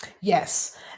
Yes